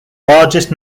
largest